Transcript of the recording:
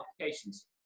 applications